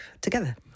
together